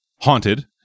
haunted